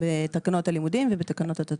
בתקנות הלימודים ובתקנות התט"ר.